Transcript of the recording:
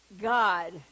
God